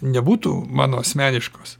nebūtų mano asmeniškos